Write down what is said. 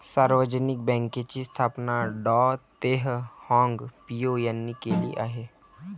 सार्वजनिक बँकेची स्थापना डॉ तेह हाँग पिओ यांनी केली आहे